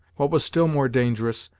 what was still more dangerous,